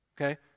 Okay